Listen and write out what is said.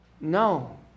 no